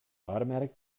automatic